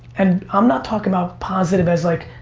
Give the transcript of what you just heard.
and i'm not talking about positive as like,